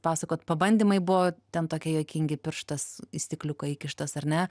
pasakot pabandymai buvo ten tokie juokingi pirštas į stikliuką įkištas ar ne